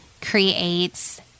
creates